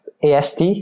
AST